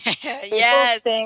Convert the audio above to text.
Yes